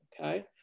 okay